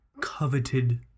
coveted